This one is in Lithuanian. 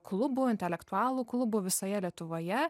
klubų intelektualų klubų visoje lietuvoje